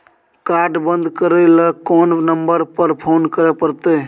Card बन्द करे ल कोन नंबर पर फोन करे परतै?